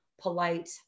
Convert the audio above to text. polite